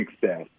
success